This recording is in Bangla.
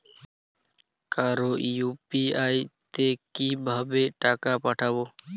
কারো ইউ.পি.আই তে কিভাবে টাকা পাঠাবো?